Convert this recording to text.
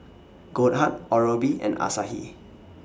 Goldheart Oral B and Asahi